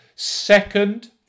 Second